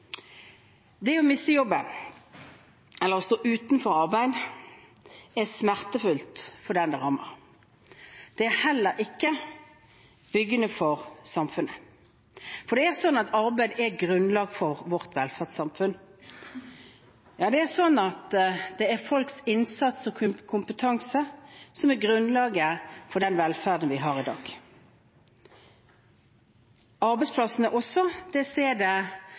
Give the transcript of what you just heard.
Det å miste jobben, eller å stå utenfor arbeid, er smertefullt for den det rammer. Det er heller ikke byggende for samfunnet. For arbeid er grunnlaget for vårt velferdssamfunn – ja, det er folks innsats og kompetanse som er grunnlaget for den velferden vi har i dag. Arbeidsplassen er også